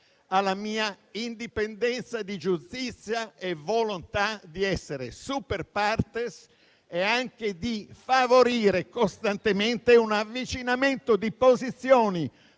alla mia indipendenza di giustizia e alla mia volontà di essere *super partes* e di favorire costantemente un avvicinamento di posizioni